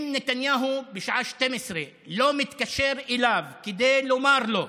אם נתניהו בשעה 24:00 לא מתקשר אליו כדי לומר לו: